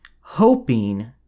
hoping